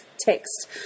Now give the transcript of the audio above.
text